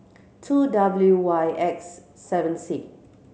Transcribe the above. two W Y X seven C